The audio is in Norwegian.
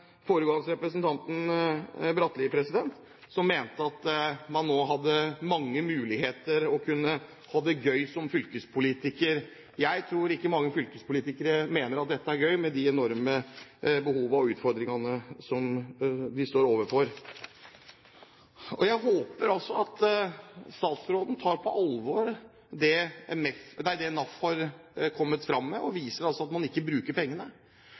med representanten Bratli, som mente at man nå hadde mange muligheter til å kunne ha det gøy som fylkespolitiker. Jeg tror ikke det er mange fylkespolitikere som mener at dette er gøy, med de enorme behovene og utfordringene som de står overfor. Jeg håper at statsråden tar på alvor det NAF har kommet fram med, som viser at man ikke bruker